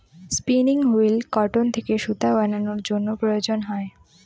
spinning wheel cotton থেকে সুতা বানানোর জন্য প্রয়োজন হয়